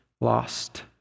lost